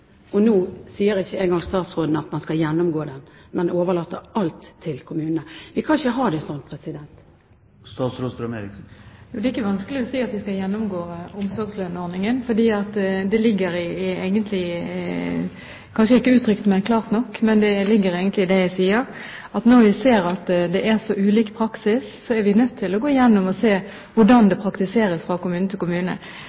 Nå sier statsråden ikke engang at man skal gjennomgå den, men overlater alt til kommunene. Vi kan ikke ha det sånn! Det er ikke vanskelig å se at vi skal gjennomgå omsorgslønnsordningen. Kanskje jeg ikke uttrykte meg klart nok, men det ligger egentlig i det jeg sier. Når vi ser at det er så ulik praksis, er vi nødt til å gå igjennom å se på hvordan